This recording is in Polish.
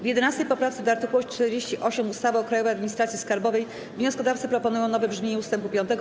W 11. poprawce do art. 48 ustawy o Krajowej Administracji Skarbowej wnioskodawcy proponują nowe brzmienie ust. 5.